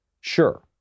Sure